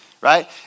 right